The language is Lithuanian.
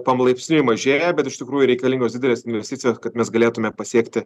pam laipsniui mažėja bet iš tikrųjų reikalingos didelės investicijos kad mes galėtume pasiekti